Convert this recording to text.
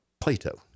Plato